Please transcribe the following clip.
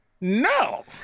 No